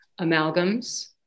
amalgams